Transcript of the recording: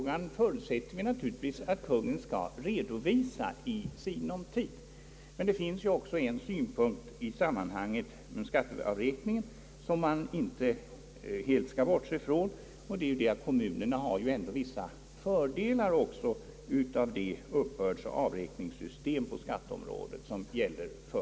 Vi förutsätter att Kungl. Maj:t skall redovisa denna fråga i sinom tid. Men det finns en annan synpunkt i sammanhanget om skatteavräkningen som man inte helt skall bortse från, och det är att kommunerna också har vissa fördelar av det nuvarande uppbördsoch avräkningssystemet.